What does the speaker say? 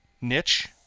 niche